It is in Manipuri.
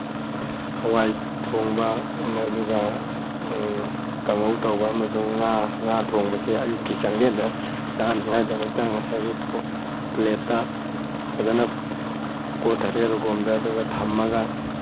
ꯍꯋꯥꯏ ꯊꯣꯡꯕ ꯑꯗꯨꯒ ꯀꯥꯡꯍꯧ ꯇꯧꯕ ꯑꯃꯁꯨꯡ ꯉꯥ ꯉꯥ ꯊꯣꯡꯕꯁꯦ ꯑꯌꯨꯛꯀꯤ ꯆꯥꯛꯂꯦꯟꯗ ꯆꯥꯅꯉꯥꯏꯒꯤꯗꯃꯛꯇ ꯉꯁꯥꯏꯒꯤ ꯄ꯭ꯂꯦꯠꯇ ꯐꯖꯅ ꯀꯣꯠꯊꯔꯦ ꯑꯗꯨꯒꯨꯝꯕꯗ ꯊꯝꯃꯒ